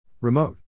Remote